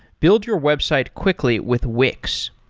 build your website quickly with wix.